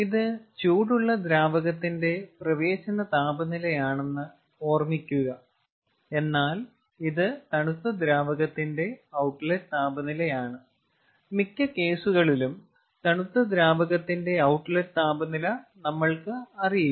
ഇത് ചൂടുള്ള ദ്രാവകത്തിന്റെ പ്രവേശന താപനിലയാണെന്ന് ഓർമ്മിക്കുക എന്നാൽ ഇത് തണുത്ത ദ്രാവകത്തിന്റെ ഔട്ട്ലെറ്റ് താപനിലയാണ് മിക്ക കേസുകളിലും തണുത്ത ദ്രാവകത്തിന്റെ ഔട്ട്ലെറ്റ് താപനില നമ്മൾക്ക് അറിയില്ല